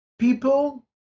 People